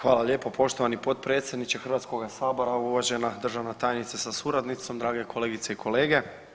Hvala lijepo poštovani potpredsjedniče Hrvatskoga sabora, uvažena državna tajnice sa suradnicom, drage kolegice i kolege.